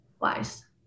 wise